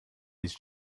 his